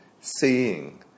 seeing